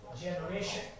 generation